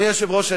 אדוני היושב-ראש,